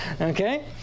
Okay